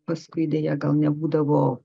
paskui deja gal nebūdavo